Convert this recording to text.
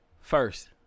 First